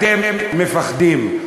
אתם מפחדים,